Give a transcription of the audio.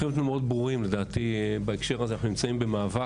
צריכים להיות מאוד ברורים בהקשר הזה; אנחנו נמצאים במאבק.